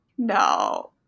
No